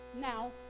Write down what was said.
Now